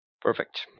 perfect